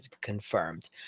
confirmed